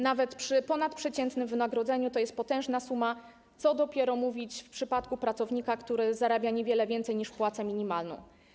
Nawet przy ponadprzeciętnym wynagrodzeniu to jest potężna suma, a co dopiero mówić w przypadku pracownika, który zarabia niewiele więcej niż płaca minimalna.